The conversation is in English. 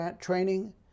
training